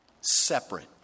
separate